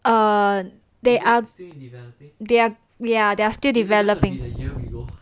err there are there are ya they are still developing